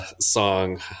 song